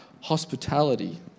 hospitality